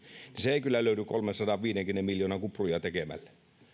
se ei kyllä löydy kolmensadanviidenkymmenen miljoonan kupruja tekemällä